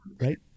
Right